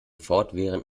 fortwährend